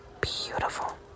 Beautiful